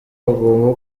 bagomba